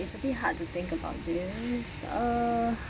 it's really hard to think about this uh